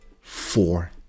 four